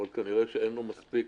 אבל כנראה שאין לו מספיק